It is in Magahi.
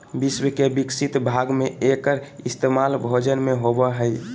विश्व के विकसित भाग में एकर इस्तेमाल भोजन में होबो हइ